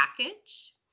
package